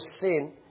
sin